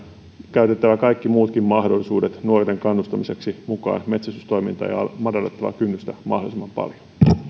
käytettävä kaikki muutkin mahdollisuudet nuorten kannustamiseksi mukaan metsästystoimintaan ja madallettava kynnystä mahdollisimman paljon